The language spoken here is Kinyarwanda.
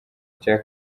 cya